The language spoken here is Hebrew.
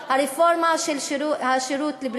היא פעלה חמש שנים ונסגרה.